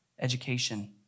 education